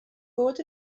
bod